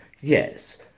Yes